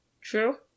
True